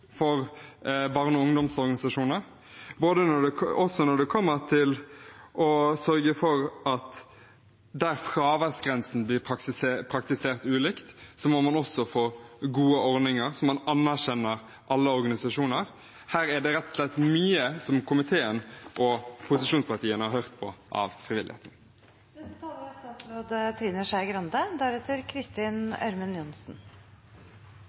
for barne- og ungdomsorganisasjoner, og når det kommer til å sørge for at der fraværsgrensen blir praktisert ulikt, må man få gode ordninger, slik at man anerkjenner alle organisasjoner. Her har rett og slett komiteen og posisjonspartiene hørt mye på de frivillige. Jeg syns det er rett av meg å prøve å rydde opp i noe av tallbruken som er